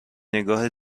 نگاه